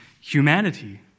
humanity